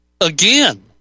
Again